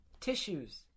tissues